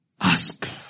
Ask